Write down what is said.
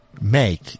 Make